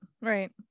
right